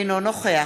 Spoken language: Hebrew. אינו נוכח